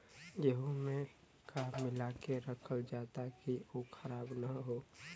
गेहूँ में का मिलाके रखल जाता कि उ खराब न हो?